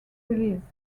release